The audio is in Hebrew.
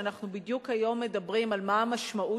ואנחנו בדיוק היום מדברים על מה המשמעות